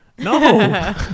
No